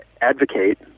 advocate